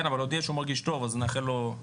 הודיע שמרגיש טוב, אז נאחל לו בריאות.